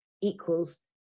equals